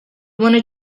wanted